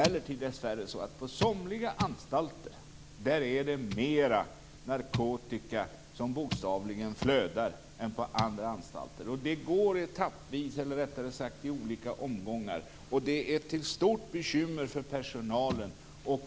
Dessvärre är det emellertid så att på somliga anstalter förekommer det mer narkotika som bokstavligen flödar än på andra anstalter. Det går etappvis eller i olika omgångar. Det är till stort bekymmer för personalen.